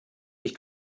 ich